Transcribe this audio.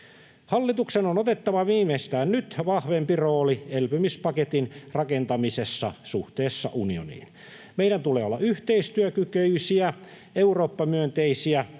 Hallituksen on otettava viimeistään nyt vahvempi rooli elpymispaketin rakentamisessa suhteessa unioniin. Meidän tulee olla yhteistyökykyisiä, Eurooppa-myönteisiä